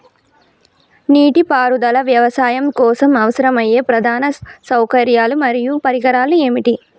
నీటిపారుదల వ్యవసాయం కోసం అవసరమయ్యే ప్రధాన సౌకర్యాలు మరియు పరికరాలు ఏమిటి?